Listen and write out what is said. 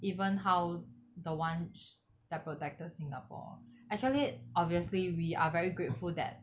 even how the ones that protected singapore actually obviously we are very grateful that